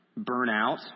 burnout